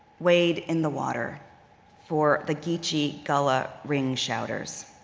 wade in the water for the geechee gullah ring shouters.